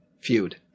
feud